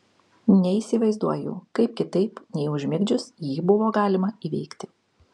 neįsivaizduoju kaip kitaip nei užmigdžius jį buvo galima įveikti